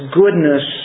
goodness